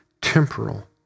temporal